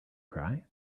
cry